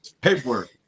paperwork